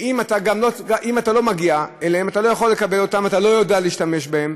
שאם אתה לא מגיע אליהן אתה לא יכול לקבל אותן ואתה לא יודע להשתמש בהן.